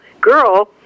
girl